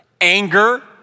anger